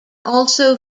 also